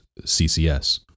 CCS